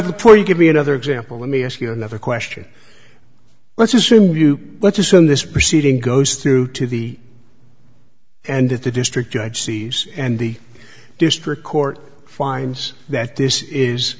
the point you give me another example let me ask you another question let's assume you let's assume this proceeding goes through to the and that the district judge and the district court finds that this is